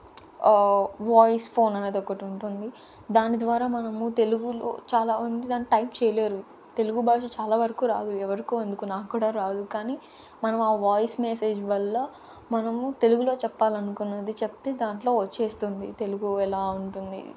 voice phone అనేది ఒకటుంటుంది దాని ద్వారా మనము తెలుగులో చాలా మంది దాని టైప్ చేయలేరు తెలుగు భాష చాలా వరకు రాదు ఎవరికో ఎందుకు నాక్కూడా రాదు కానీ మనం ఆ వాయిస్ మెసేజ్ వల్ల మనము తెలుగులో చెప్పాలనుకున్నది చెప్తే దాంట్లో వచ్చేస్తుంది తెలుగు ఎలా ఉంటుంది